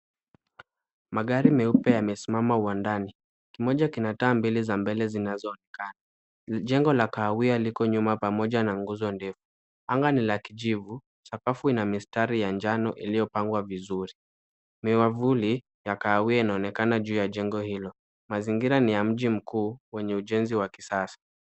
Magari meupe yamesimama uwandani, kimoja kina taa mbili za mbele zinazoonekana na jengo la kahawia liko nyuma pamoja na nguzo ndefu. Anga ni la kijivu, sakafu ina mistari ya njano iliyopangwa vizuri. Miavuli ya kahawia inaonekana juu ya jengo hilo. Mazingira ni ya mji mkuu wenye ujenzi wa kisasa.